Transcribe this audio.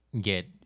get